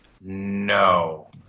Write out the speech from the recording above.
No